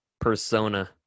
persona